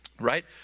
Right